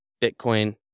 Bitcoin